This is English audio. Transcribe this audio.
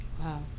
Wow